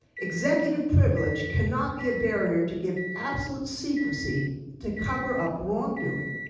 executive privilege cannot be a barrier to give absolute secrecy to cover up wrong doing.